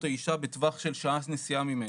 האישה בטווח של שעה נסיעה ממני.."